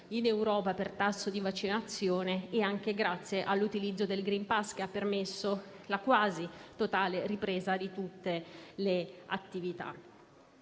in Europa per tasso di vaccinazione e anche grazie all'utilizzo del *green pass*, che ha permesso la quasi totale ripresa di tutte le attività.